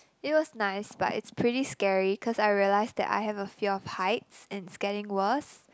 it was nice but it's pretty scary cause I realized that I have a fear of heights and it's getting worse